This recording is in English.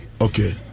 okay